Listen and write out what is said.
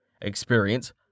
Experience